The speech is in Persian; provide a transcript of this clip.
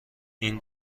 این